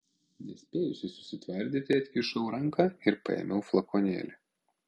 nespėjusi susitvardyti atkišau ranką ir paėmiau flakonėlį